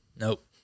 Nope